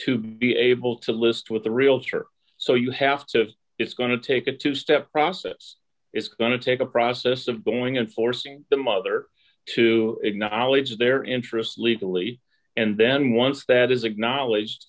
to be able to list with a realtor so you have to it's going to take a two step process it's going to take a process of going and forcing the mother to acknowledge their interest legally and then once that is acknowledge